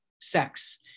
sex